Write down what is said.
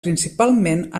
principalment